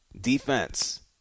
Defense